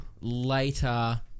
Later